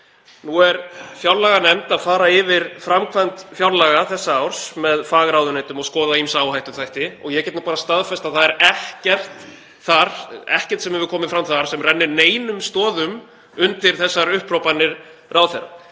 Nú er fjárlaganefnd að fara yfir framkvæmd fjárlaga þessa árs með fagráðuneytum og skoða ýmsa áhættuþætti og ég get nú bara staðfest að það er ekkert sem hefur komið fram þar sem rennir neinum stoðum undir þessar upphrópanir ráðherra.